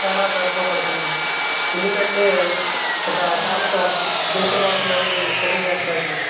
చాలా గర్వపడుతున్నాను ఎందుకంటే ఒక సామెత ఉంటుంది దేశభాషలందు తెలుగు లెస్స అనేది